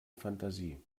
fantasie